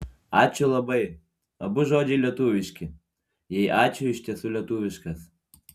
ačiū labai abu žodžiai lietuviški jei ačiū iš tiesų lietuviškas